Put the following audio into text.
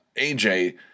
AJ